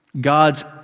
God's